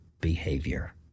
behavior